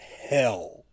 hell